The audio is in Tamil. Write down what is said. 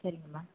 சரிங்க மேம்